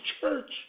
church